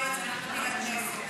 לפי היועץ המשפטי לכנסת.